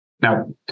Now